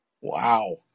Wow